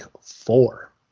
four